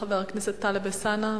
חבר הכנסת טלב אלסאנע,